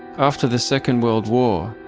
after the second world war,